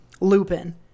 Lupin